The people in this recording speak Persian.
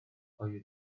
شبهای